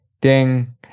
Ding